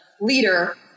leader